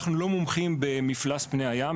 אנחנו לא מומחים במפלס פני הים,